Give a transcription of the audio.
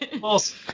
False